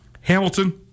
Hamilton